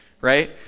right